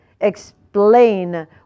explain